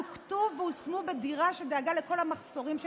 לוקטו והושמו בדירה שדאגה לכל המחסורים שלהם,